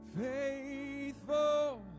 Faithful